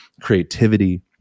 creativity